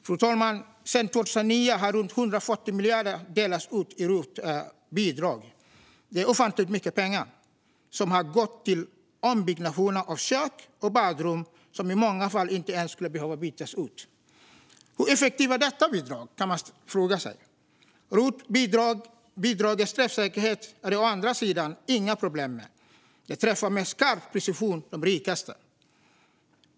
Fru talman! Sedan 2009 har runt 140 miljarder delats ut i rotbidrag. Det är ofantligt mycket pengar, som har gått till ombyggnationer av kök och badrum som i många fall inte ens skulle behöva bytas ut. Hur effektivt är detta bidrag, kan man fråga sig. Rotbidragets träffsäkerhet är det å andra sidan inga problem med. Det träffar med skarp precision de rikaste.